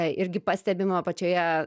irgi pastebima pačioje